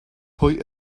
pwy